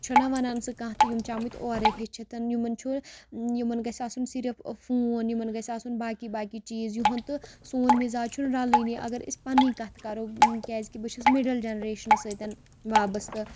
چھُنہ وَنان سُہ کانٛہہ تہٕ یِم چھِ آمٕتۍ اورَے ہیٚچھِتھ یِمَن چھُ یِمَن گژھِ آسُن صرف فون یِمَن گژھِ آسُن باقٕے باقٕے چیٖز یُہُںٛد تہٕ سون مِزاج چھُنہٕ رَلٲنی اگر أسۍ پَنٛنی کَتھ کَرو کیٛازِکہِ بہٕ چھٮ۪س مِڈَل جَنریشنَس سۭتۍ وابسطہٕ